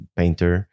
painter